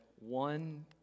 One